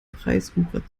preiswucher